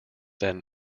then